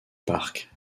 park